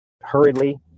hurriedly